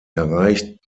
erreicht